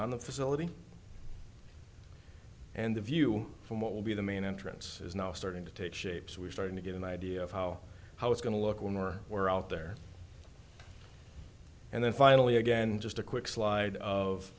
the facility and the view from what will be the main entrance is now starting to take shape so we're starting to get an idea of how how it's going to look when more were out there and then finally again just a quick slide of